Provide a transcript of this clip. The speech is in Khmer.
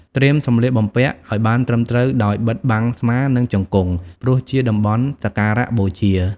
ត្រៀមសំលៀកបំពាក់ឲ្យបានត្រឹមត្រូវ ដោយបិទបាំងស្មា និងជង្គង់ ព្រោះជាតំបន់សក្ការៈបូជា។